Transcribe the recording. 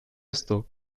esto